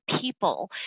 people